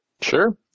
Sure